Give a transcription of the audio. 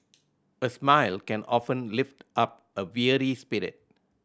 a smile can often lift up a weary spirit